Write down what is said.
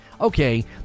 okay